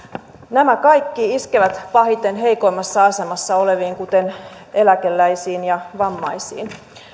nämä kaikki iskevät pahiten heikoimmassa asemassa oleviin kuten eläkeläisiin ja vammaisiin